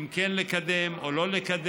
אם כן לקדם או לא לקדם,